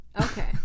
Okay